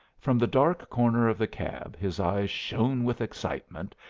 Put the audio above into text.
from the dark corner of the cab his eyes shone with excitement,